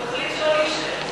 הוא החליט לא להישאר,